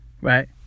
Right